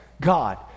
God